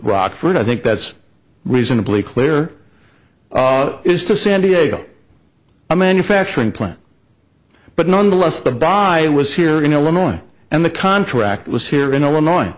rockford i think that's reasonably clear is to san diego a manufacturing plant but nonetheless the buy was here in illinois and the contract was here in illinois